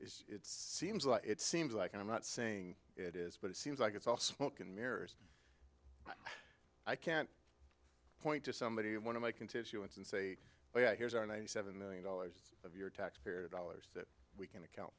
and it seems like it seems like i'm not saying it is but it seems like it's all smoke and mirrors i can't point to somebody and one of my constituents and say well here's our ninety seven million dollars of your taxpayer dollars that we can account